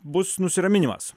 bus nusiraminimas